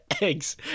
eggs